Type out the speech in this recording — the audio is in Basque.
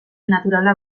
naturala